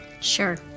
Sure